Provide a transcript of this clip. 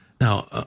Now